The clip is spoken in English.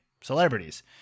celebrities